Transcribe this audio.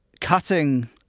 cutting